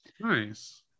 nice